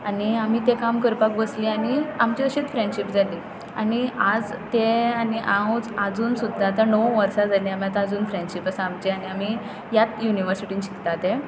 आनी आमी तें काम करपाक बसलीं आनी आमचे अशेंच फ्रॅणशीप जाली आनी आज तें आनी हांवूच आजून सुद्दां आतां णव वर्सां जालीं आमी आतां आजून फ्रॅणशीप आसा आमची आनी आमी ह्यात युनिवसिटीन शिकता तें